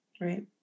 Right